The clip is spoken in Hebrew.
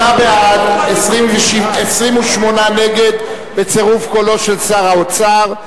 8 בעד, 28 נגד, בצירוף קולו של שר האוצר.